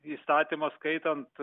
įstatymą skaitant